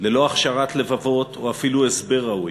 ללא הכשרת לבבות או אפילו הסבר ראוי.